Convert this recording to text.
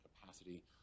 capacity